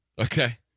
Okay